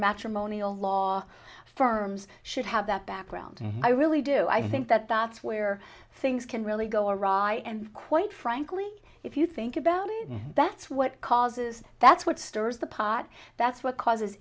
matrimonial law firms should have that background i really do i think that that's where things can really go right and quite frankly if you think about it that's what causes that's what stirs the pot that's what causes